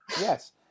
Yes